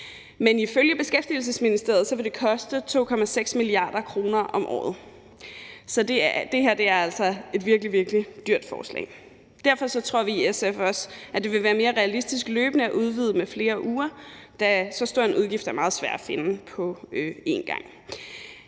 Men ifølge Beskæftigelsesministeriet vil det koste 2,6 mia. kr. om året, så det her er altså et virkelig, virkelig dyrt forslag. Derfor tror vi i SF også, at det vil være mere realistisk løbende at udvide med flere uger, da så stor en udgift er meget svær at finde dækning